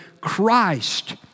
christ